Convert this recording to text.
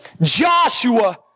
Joshua